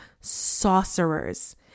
sorcerers